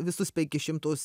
visus penkis šimtus